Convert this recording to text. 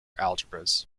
algebras